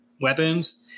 weapons